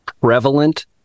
prevalent